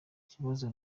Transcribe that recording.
ikibazo